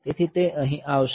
તેથી તે અહીં આવશે